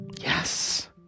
Yes